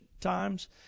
times